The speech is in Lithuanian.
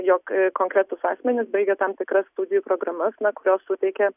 jog konkretūs asmenys baigę tam tikras studijų programas kurios suteikia